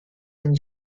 and